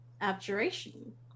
Abjuration